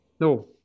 No